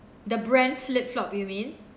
the brand flip flop you mean